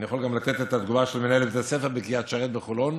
אני יכול גם לתת את התגובה של מנהלת בית הספר בקריית שרת בחולון,